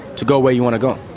to go where you want to go.